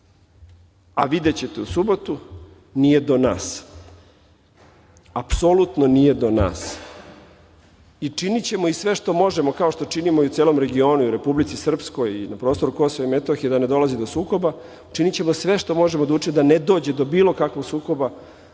ulicama. Videćete u subotu, nije do nas, apsolutno nije do nas. Činićemo i sve što možemo, kao što činimo i u celom regionu, i u Republici Srpskoj, i na prostoru Kosova i Metohije, da ne dolazi do sukoba, činićemo sve što možemo da učinimo da ne dođe do bilo kakvog sukoba,